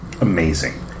Amazing